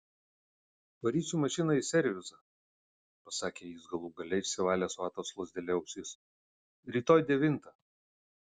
varysiu mašiną į servisą pasakė jis galų gale išsivalęs vatos lazdele ausis rytoj devintą